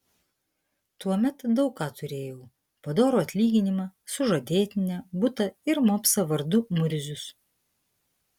tuomet daug ką turėjau padorų atlyginimą sužadėtinę butą ir mopsą vardu murzius